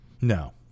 No